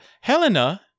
Helena